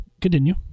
Continue